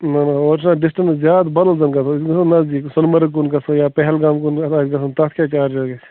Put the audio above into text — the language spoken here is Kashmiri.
نہَ نہَ اورٕ چھِناہ ڈِسٹَنٕس زیادٕ بَدَل زَن گژھو أسۍ گژھو نٔزدیٖک سۄنمَرٕگ کُن گژھو یا پہلگام کُن آسہِ گژھُن تَتھ کیٛاہ چارجِز گژھِ